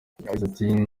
yagize